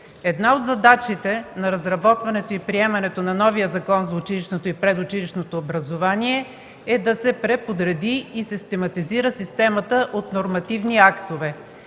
Една от задачите на разработването и приемането на новия Закон за училищното и предучилищното образование е да се преподреди и систематизира системата от нормативни актове.